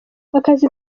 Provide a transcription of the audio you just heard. akazi